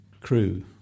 crew